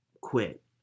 quit